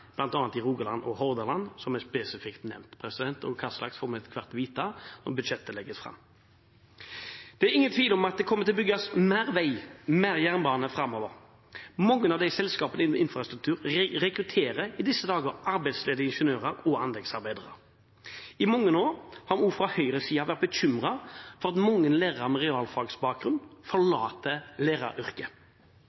bl.a. i Rogaland og Hordaland, som er spesifikt nevnt – og hva slags får vi etter hvert vite når budsjettet legges fram. Det er ingen tvil om at det kommer til å bygges mer veg og jernbane framover. Mange av selskapene innen infrastruktur rekrutterer i disse dager arbeidsledige ingeniører og anleggsarbeidere. I mange år har vi fra Høyres side vært bekymret for at mange lærere med realfagsbakgrunn forlater læreryrket.